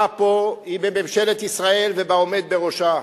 פה היא בממשלת ישראל ובעומד בראשה.